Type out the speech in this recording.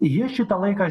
jie šitą laiką